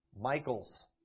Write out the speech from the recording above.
Michael's